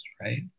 right